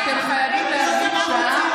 אתם חייבים להבין שהעם,